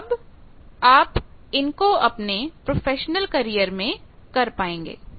तो अब आप इनको अपने प्रोफेशनल करियर में कर पाएंगे